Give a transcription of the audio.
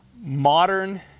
modern